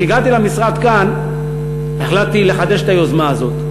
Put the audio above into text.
כשהגעתי למשרד כאן החלטתי לחדש את היוזמה הזאת,